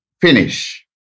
finish